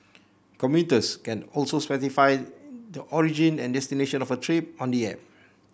commuters can also specify the origin and destination of a trip on the app